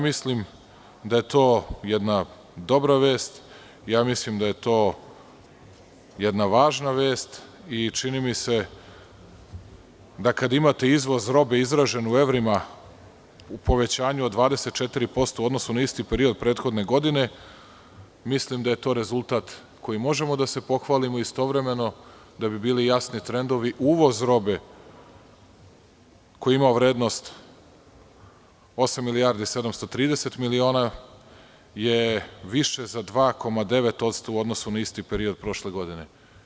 Mislim da je to jedna dobra vest, mislim da je to jedna važna vest i čini mi se da kad imate izvoz robe izražen u evrima u povećanju od 24% u odnosu na isti period prethodne godine, mislim da je to rezultat kojim možemo da se pohvalimo istovremeno, da bi bili jasni trendovi, uvoz robe koji ima vrednost osam milijardi 730 miliona je više za 2,9% u odnosu na isti period prošle godine.